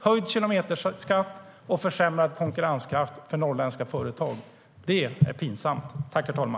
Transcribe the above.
Höjd kilometerskatt och försämrad konkurrenskraft för norrländska företag - det är pinsamt.